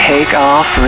Takeoff